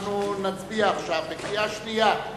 אנחנו נצביע עכשיו בקריאה שנייה,